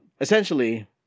Essentially